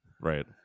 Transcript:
Right